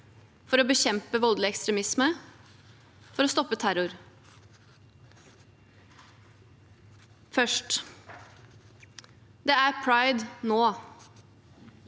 for å bekjempe voldelig ekstremisme og for å stoppe terror. Først: Det er pride nå